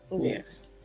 yes